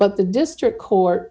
but the district court